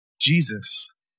Jesus